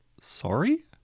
Sorry